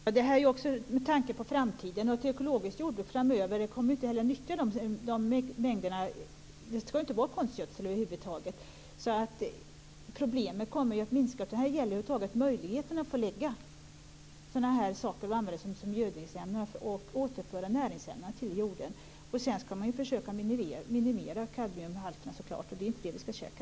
Fru talman! Detta är med tanke på framtiden. Ett ekologiskt jordbruk framöver kommer inte att nyttja de här mängderna. Det skall ju inte vara konstgödsel över huvud taget, så problemet kommer att minska. I stället gäller det möjligheterna över huvud taget att få lägga ut sådana här saker och använda dem som gödningsämnen och därmed återföra näringsämnen till jorden. Självklart skall man försöka minimera kadmiumhalterna. Det är ju inte det vi skall käka.